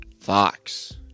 Fox